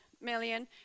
million